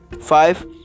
five